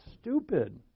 stupid